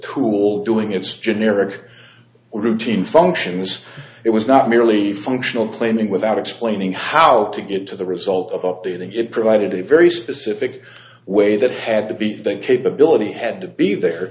tool doing its generic routine functions it was not merely functional cleaning without explaining how to get to the result of updating it provided a very specific way that had to be that capability had to be there